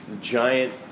giant